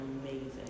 amazing